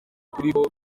kuriho